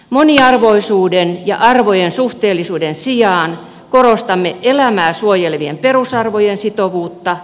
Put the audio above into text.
moniarvoisuuden ja arvojen suhteellisuuden sijaan korostamme elämää suojelevien perusarvojen sitovuutta